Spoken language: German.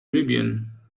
libyen